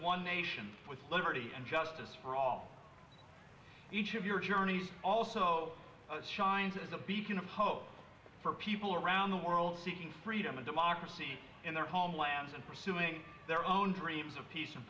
one nation with liberty and justice for all each of your journeys also shines as a beacon of hope for people around the world seeking freedom and democracy in their homelands and pursuing their own dreams of peace and